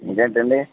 ఇంకేంటండి